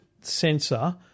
sensor